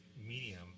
medium